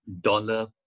dollar